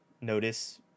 notice